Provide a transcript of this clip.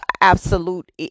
absolute